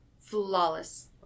flawless